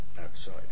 outside